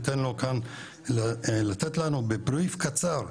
ניתן לו כאן לתת לנו בבריף קצר,